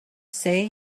say